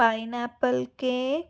pineapple cake